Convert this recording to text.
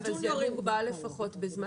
בג'וניורים --- אבל זה מוגבל בזמן?